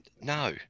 No